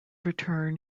return